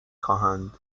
خواهند